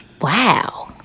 wow